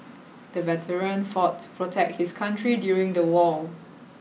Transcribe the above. the veteran fought to protect his country during the war